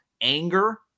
Anger